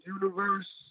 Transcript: universe